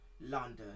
london